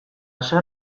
zer